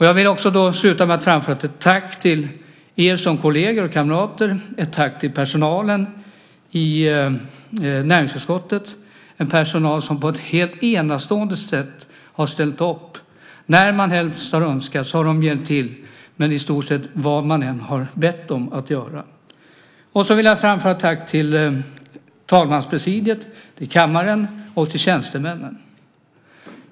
Jag vill sluta med att framföra ett tack till er som kolleger och kamrater och ett tack till personalen i näringsutskottet, en personal som har ställt upp på ett helt enastående sätt. Närhelst man önskat har de hjälpt till med i stort sett vad man än har bett dem att göra. Jag vill också framföra ett tack till talmanspresidiet, till kammaren och till tjänstemännen.